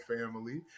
Family